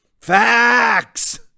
Facts